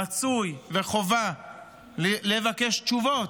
רצוי וחובה לבקש תשובות,